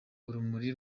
urumuri